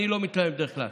אני לא מתלהם בדרך כלל,